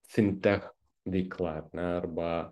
fintech veikla arba